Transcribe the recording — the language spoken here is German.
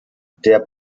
der